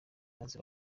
maze